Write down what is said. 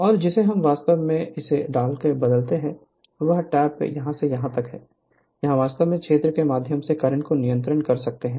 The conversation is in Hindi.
और जिसे हम वास्तव में इसे डालकर बदलते हुए कहते हैं यह टैप यहाँ से यहाँ तक यहां वास्तव में क्षेत्र के माध्यम से करंट को नियंत्रित कर सकता है